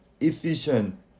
efficient